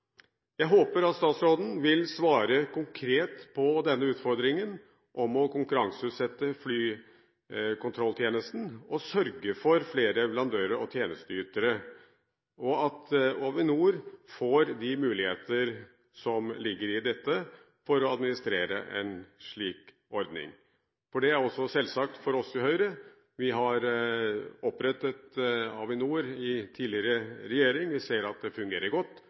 Jeg håper at statsråden vil svare konkret på utfordringen om å konkurranseutsette flykontrolltjenesten, sørge for flere leverandører og tjenesteytere, og at Avinor får de muligheter som ligger i dette, til å administrere en slik ordning. Dette er selvsagt for oss i Høyre. Avinor ble opprettet av en tidligere regjering. Vi ser at det fungerer godt,